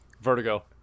vertigo